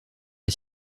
est